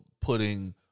putting